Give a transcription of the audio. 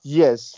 yes